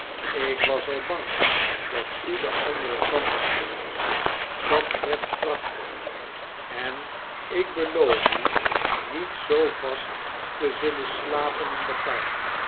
ik was al bang dat u den anderen kant op moest dat treft prachtig en ik beloof u niet zoo vast te zullen slapen in de kar